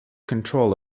control